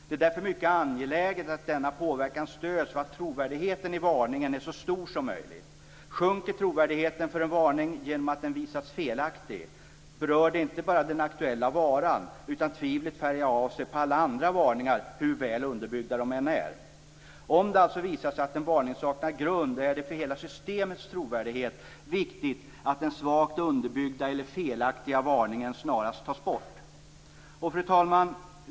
Det är därför mycket angeläget att denna påverkan stöds av att trovärdigheten i varningen är så stor som möjligt. Om trovärdigheten sjunker för en varning genom att den visar sig vara felaktig berör det inte bara den aktuella varan, utan tvivlet färgar av sig på alla andra varningar hur väl underbyggda de än är. Om det visar sig att en varning saknar grund är det för hela systemets trovärdighet viktigt att den svagt underbyggda eller felaktiga varningen snarast tas bort. Fru talman!